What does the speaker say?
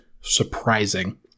surprising